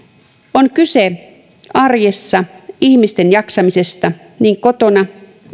on kyse ihmisten jaksamisesta arjessa niin kotona